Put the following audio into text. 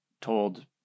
told